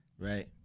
right